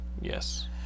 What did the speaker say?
Yes